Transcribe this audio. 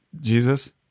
Jesus